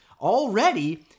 Already